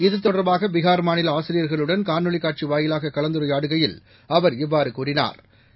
இது தொடர்பாக பீனா் மாநில ஆசிரியர்களுடன் காணொலி காட்சி வாயிலாக கலந்துரையாடுகையில் அவர் இவ்வாறு கூறினா்